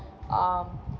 um